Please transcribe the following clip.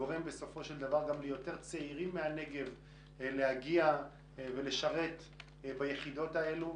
גורם בסופו של דבר גם ליותר צעירים להגיע ולשרת ביחידות האלו,